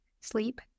sleep